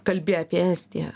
kalbi apie estiją